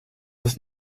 ist